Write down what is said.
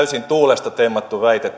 täysin tuulesta temmattu väite